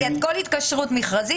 על כל התקשרות מכרזית,